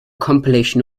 compilation